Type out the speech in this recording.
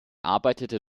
arbeitete